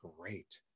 great